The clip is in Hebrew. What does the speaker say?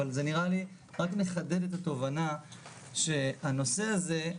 אבל זה נראה לי רק מחדד את התובנה שהנושא הזה,